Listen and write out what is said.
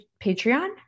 Patreon